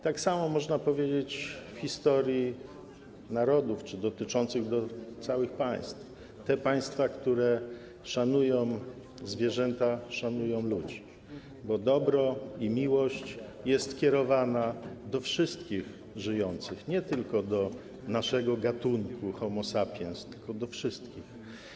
Tak samo można powiedzieć w historii narodów czy dotyczącej całych państw, że te państwa, które szanują zwierzęta, szanują ludzi, bo dobro i miłość są kierowane do wszystkich żyjących, nie tylko do naszego gatunku, homo sapiens, ale do wszystkich.